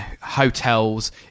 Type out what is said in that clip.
hotels